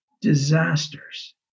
disasters